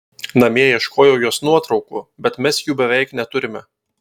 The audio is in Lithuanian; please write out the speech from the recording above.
namie ieškojau jos nuotraukų bet mes jų beveik neturime